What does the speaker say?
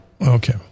okay